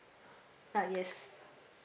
ah yes